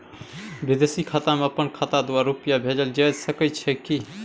विदेशी खाता में अपन खाता द्वारा रुपिया भेजल जे सके छै की?